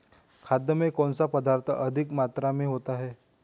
खाद में कौन सा पदार्थ अधिक मात्रा में होता है?